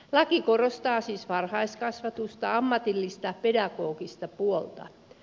laki korostaa siis varhaiskasvatusta ammatillista pedagogista puolta